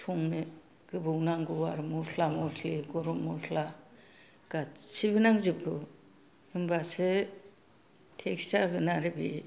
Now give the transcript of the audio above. संनो गोबाव नांगौ आरो मस्ला मस्लि गरम मस्ला गासिबो नांजोबगौ होनबासो टेस्ट जागोन आरो बेयो